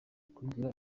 kagira